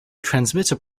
transmitter